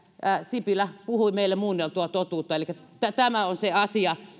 sipilä puhui meille muunneltua totuutta tämä tämä on se asia